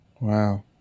Wow